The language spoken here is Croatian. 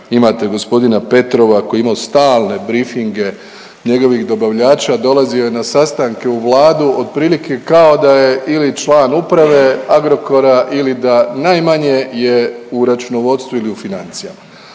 imate g. Petrova koji je imao stalne brifinge njegovih dobavljača, dolazio je na sastanke u vladu otprilike kao da je ili član Uprave Agrokora ili da najmanje je u računovodstvu ili financijama.